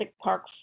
Park